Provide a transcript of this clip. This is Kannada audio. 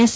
ಎಸ್